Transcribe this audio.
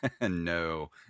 No